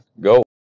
go